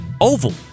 Oval